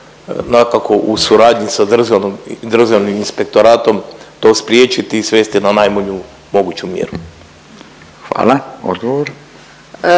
dakako u suradnji sa Državnim inspektoratom to spriječiti i svesti na najmanju moguću mjeru? **Radin,